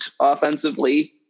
offensively